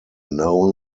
known